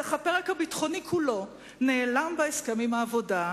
ואיך הפרק הביטחוני כולו נעלם בהסכם עם העבודה,